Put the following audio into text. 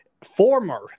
Former